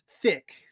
thick